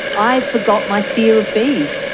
i forgot my fear of bees.